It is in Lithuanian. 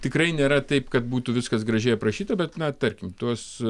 tikrai nėra taip kad būtų viskas gražiai aprašyta bet na tarkim tuos